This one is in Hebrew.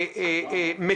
החולים.